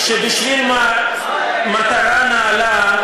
שבשביל מטרה נעלה,